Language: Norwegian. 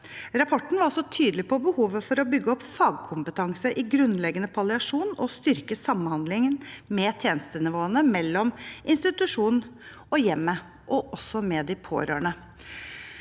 Rapporten var også tydelig på behovet for å bygge opp fagkompetanse i grunnleggende palliasjon og styrke samhandlingen med tjenestenivåene mellom institusjon og hjem og med de pårørende.